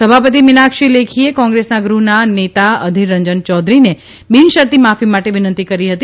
સભાપતિ મીનાક્ષી લેખીએ કોગ્રેસના ગૃહના નેતા અધિર રંજન ચૌધરીને બિનશરતી માફી માટે વિનંતી કરી હતી